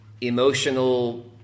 emotional